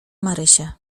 marysię